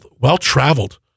well-traveled